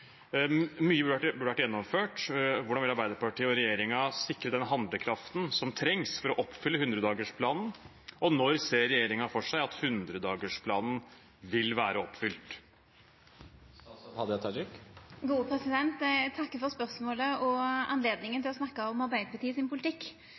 vært gjennomført. Hvordan vil statsministeren sikre den handlekraften som trengs for å oppfylle 100-dagersplanen, og når ser statsministeren for seg at 100-dagersplanen vil være oppfylt?»